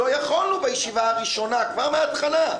לא יכולנו בישיבה הראשונה, כבר מהתחלה,